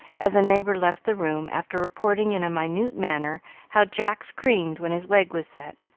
as a neighbor left the room after reporting in a minute manner how jack screamed when his leg was set,